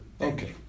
Okay